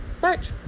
march